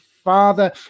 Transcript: Father